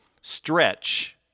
stretch